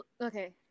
okay